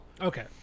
Okay